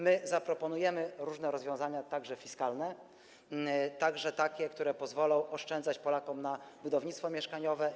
My zaproponujemy różne rozwiązania, także fiskalne, także takie, które pozwolą oszczędzać Polakom, jeśli chodzi o budownictwo mieszkaniowe.